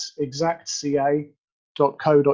exactca.co.uk